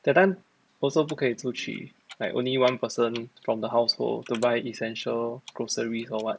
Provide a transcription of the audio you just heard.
that time also 不可以出去 like only one person from the household to buy essential groceries or what